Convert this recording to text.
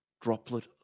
droplet